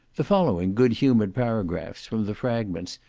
the following good-humoured paragraphs from the fragments,